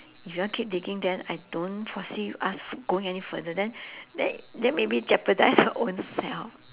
if you want keep digging then I don't forsee us going any further then then then maybe jeopardise her own self